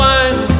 one